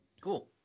Cool